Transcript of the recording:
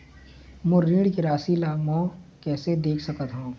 मोर ऋण के राशि ला म कैसे देख सकत हव?